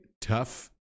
tough